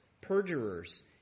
perjurers